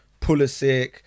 Pulisic